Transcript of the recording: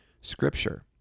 Scripture